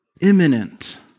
imminent